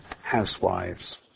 housewives